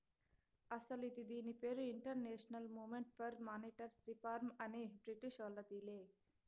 అస్సలు ఇది దీని పేరు international movement for monetary reform అనే బ్రిటీషోల్లదిలే